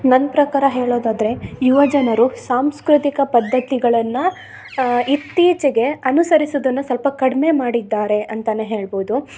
ನನ್ನ ಪ್ರಕಾರ ಹೇಳೋದಾದರೆ ಯುವ ಜನರು ಸಾಂಸ್ಕೃತಿಕ ಪದ್ದತಿಗಳನ್ನು ಇತ್ತೀಚೆಗೆ ಅನುಸರಿಸೋದನ್ನ ಸ್ವಲ್ಪ ಕಡಿಮೆ ಮಾಡಿದ್ದಾರೆ ಅಂತಲೇ ಹೇಳ್ಬೌದು